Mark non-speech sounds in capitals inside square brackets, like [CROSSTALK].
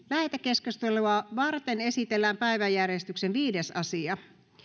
[UNINTELLIGIBLE] lähetekeskustelua varten esitellään päiväjärjestyksen viides asia